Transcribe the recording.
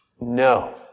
No